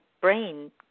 brain